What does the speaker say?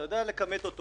אתה יודע לכמת אותו,